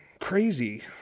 crazy